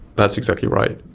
that's exactly right.